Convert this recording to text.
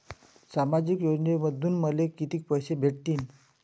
सामाजिक योजनेमंधून मले कितीक पैसे भेटतीनं?